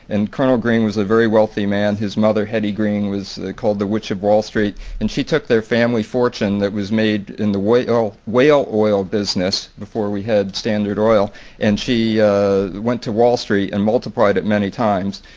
and colonel green was a very wealthy man. his mother hetty green was called the witch of wall street. and she took their family fortune that was made in the whale oil whale oil business before we had standard oil and she went to wall street and multiplied it many times.